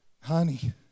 honey